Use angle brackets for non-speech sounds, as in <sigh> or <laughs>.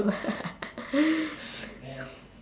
<laughs> <breath>